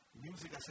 Music